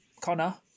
Connor